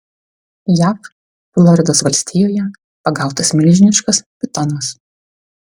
jav floridos valstijoje pagautas milžiniškas pitonas